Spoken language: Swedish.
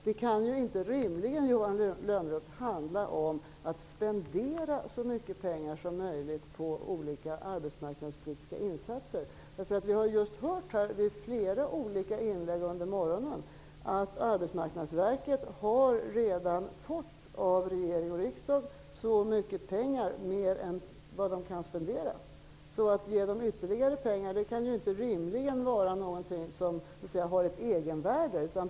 Det kan inte rimligen handla om att spendera så mycket pengar som möjligt på olika arbetsmarknadspolitiska insatser. Vi har i flera olika inlägg under morgonen hört att Arbetsmarknadsverket redan har fått så mycket pengar av regering och riksdag, mer än vad de kan spendera. Att ge verket ytterligare pengar kan inte rimligen ha ett egenvärde.